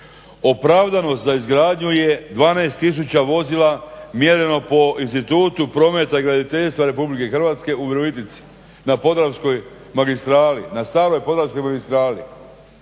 Opravdanost za izgradnju je 12000 vozila mjereno po Institutu prometa, graditeljstva Republike Hrvatske u Virovitici na podravskoj magistrali,